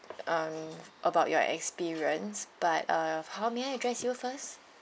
uh about your experience but uh how may I address you first